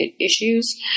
issues